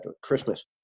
Christmas